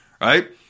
right